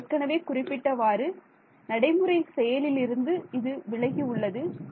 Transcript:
நான் ஏற்கனவே குறிப்பிட்டவாறு நடைமுறை செயலிலிருந்து இது விலகி உள்ளது